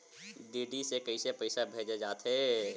DD से कइसे पईसा भेजे जाथे?